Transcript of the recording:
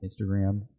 Instagram